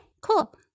cool